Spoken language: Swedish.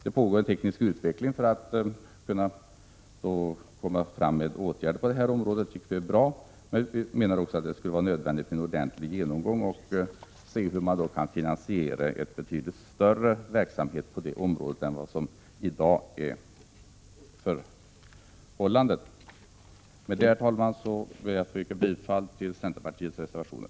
Det pågår en teknisk utveckling för att man skall kunna vidta åtgärder på området. Det tycker vi är bra, men vi anser att det vore nödvändigt med en ordentlig genomgång för att undersöka hur man skall kunna finansiera en betydligt mera omfattande verksamhet än den som i dag förekommer. Herr talman! Med detta ber jag att få yrka bifall till centerpartiets reservationer.